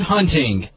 Hunting